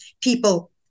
people